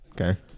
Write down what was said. Okay